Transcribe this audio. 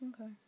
okay